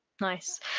Nice